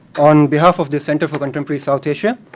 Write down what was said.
on behalf of the center for contemporary south asia,